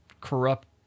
corrupt